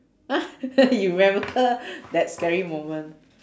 !huh! you remember that scary moment